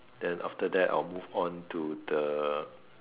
then after that I will move on to the